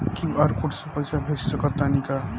QR code से पईसा भेज सक तानी का?